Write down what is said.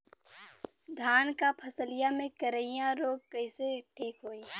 धान क फसलिया मे करईया रोग कईसे ठीक होई?